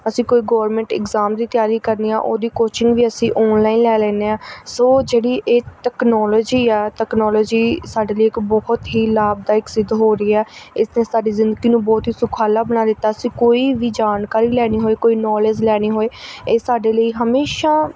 ਅਸੀਂ ਕੋਈ government exam ਦੀ ਤਿਆਰੀ ਕਰਨੀ ਆ ਉਹਦੀ ਕੋਚਿੰਗ ਵੀ ਅਸੀਂ ਔਨਲਾਈਨ ਲੈ ਲੈਂਦੇ ਹਾਂ ਸੋ ਜਿਹੜੀ ਇਹ ਤਕਨੋਲੋਜੀ ਆ ਤਕਨੋਲੋਜੀ ਸਾਡੇ ਲਈ ਇੱਕ ਬਹੁਤ ਹੀ ਲਾਭਦਾਇਕ ਸਿੱਧ ਹੋ ਰਹੀ ਹੈ ਇਸਨੇ ਸਾਡੀ ਜ਼ਿੰਦਗੀ ਨੂੰ ਬਹੁਤ ਹੀ ਸੁਖਾਲਾ ਬਣਾ ਦਿੱਤਾ ਅਸੀਂ ਕੋਈ ਵੀ ਜਾਣਕਾਰੀ ਲੈਣੀ ਹੋਵੇ ਕੋਈ ਨੌਲੇਜ ਲੈਣੀ ਹੋਵੇ ਇਹ ਸਾਡੇ ਲਈ ਹਮੇਸ਼ਾ